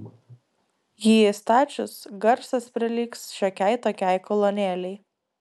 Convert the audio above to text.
jį įstačius garsas prilygs šiokiai tokiai kolonėlei